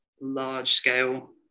large-scale